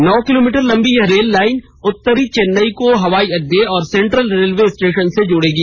नौ kilometre लम्बी यह rail line उत्तरी चेन्नई को हवाई अड्डे और सेंट्रल रेलवे स्टेशन से जोड़ेगी